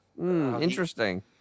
Interesting